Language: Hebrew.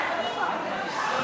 התשע"ה 2015,